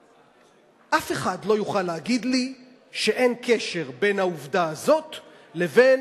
אף אחד לא יוכל להגיד לי שאין קשר בין העובדה הזאת לבין